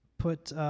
put